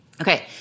Okay